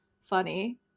funny